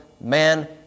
man